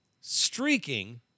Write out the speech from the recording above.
Streaking